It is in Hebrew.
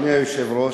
אדוני היושב-ראש,